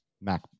mac